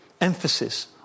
emphasis